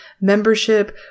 membership